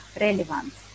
relevance